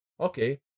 Okay